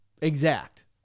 exact